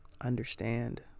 understand